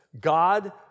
God